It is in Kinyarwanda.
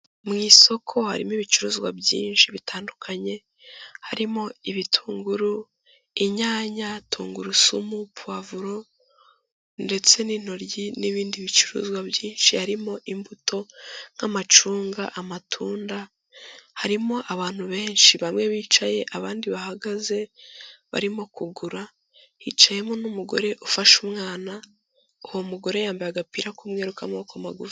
Mu isoko harimo ibicuruzwa byinshi bitandukanye, harimo ibitunguru, inyanya, tungurusumu, puwavuro ndetse n'intoryi, n'ibindi bicuruzwa byinshi harimo imbuto nk'amacunga, amatunda, harimo abantu benshi bamwe bicaye abandi bahagaze barimo kugura, hicayemo n'umugore ufasha umwana, uwo mugore yambaye agapira k'umweru k'amaboko magufi.